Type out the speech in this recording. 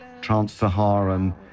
Trans-Saharan